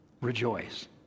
Rejoice